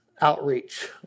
outreach